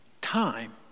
Time